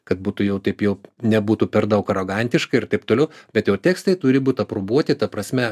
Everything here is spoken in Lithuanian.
kad būtų jau taip jog nebūtų per daug arogantiška ir taip toliau bet jau tekstai turi būt aprobuoti ta prasme